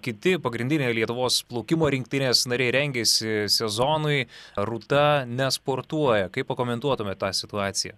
kiti pagrindiniai lietuvos plaukimo rinktinės nariai rengiasi sezonui rūta nesportuoja kaip pakomentuotumėt tą situaciją